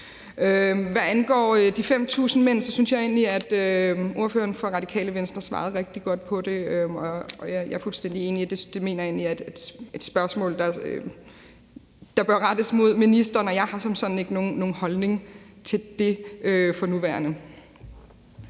Hvad angår de 5.000 mænd, synes jeg egentlig, ordføreren for Radikale Venstre svarede rigtig godt på det, og jeg er fuldstændig enig. Det mener jeg egentlig er et spørgsmål, der bør rettes mod ministeren. Jeg har som sådan ikke nogen holdning til det for nuværende.